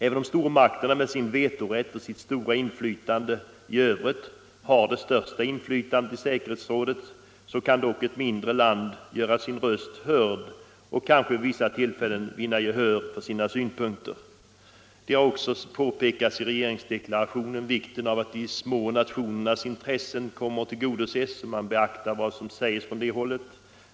Även om stormakterna med sin vetorätt och sin ställning i övrigt har det största inflytandet i säkerhetsrådet kan ett mindre land göra sin röst hörd och kanske vid vissa tillfällen vinna gehör för sina synpunkter. I regeringsdeklarationen har också påpekats vikten av att de små nationernas intressen tillgodoses och att man beaktar vad som sägs från det hållet.